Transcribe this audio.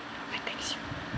I text you